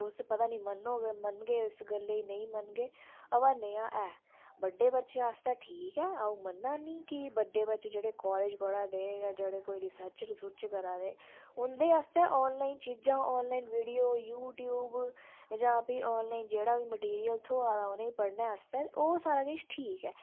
तुस पता निं मनगे जां नेईं मनगे बाऽ नेहा ऐ बड्डे बच्चें आस्तै ठीक ऐ अंऊ मन्नना नी बड्डे बच्चे जेह्ड़े कॉलेज़ पढा दे हे जां जेह्ड़े कोई रिसर्च करा दे उंदे आस्तै ऑनलाइन चीज़ा ऑनलाइन वीडियो जां यूट्यूब जां भी ऑनलाइन जेह्ड़ा बी मैटीरियल उनेंगी थ्होआ दा ओह् पढ़ने आस्तै ठीक ऐ